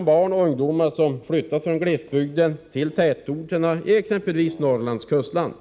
Många ungdomar som flyttat från glesbygden till tätorterna i exempelvis Norrlands kustland